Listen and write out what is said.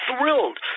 thrilled